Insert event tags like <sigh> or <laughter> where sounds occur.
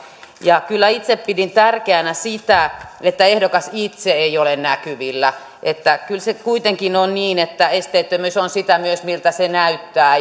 kyllä itse pidin tärkeänä sitä että ehdokas itse ei ole näkyvillä kyllä se kuitenkin on niin että esteettömyys on myös sitä miltä se näyttää <unintelligible>